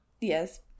Yes